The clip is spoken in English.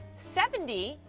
seventy,